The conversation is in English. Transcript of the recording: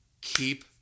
keep